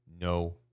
No